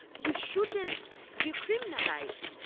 you shouldn't be criminalised.